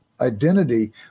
identity